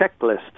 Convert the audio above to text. checklist